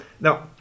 Now